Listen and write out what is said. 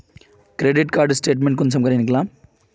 Credit card statement कुंसम करे निकलाम?